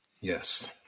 Yes